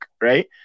right